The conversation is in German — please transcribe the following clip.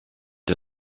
der